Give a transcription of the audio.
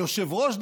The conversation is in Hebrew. היושב-ראש,